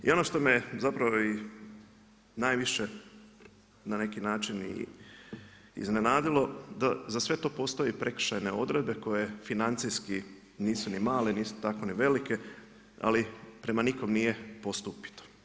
I ono što me zapravo i najviše na neki način iznenadilo, da za sve to postoji prekršajne odredbe koje financijske nisu ni male, nisu ni tako ni velike, ali prema nikome nije postupio.